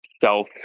self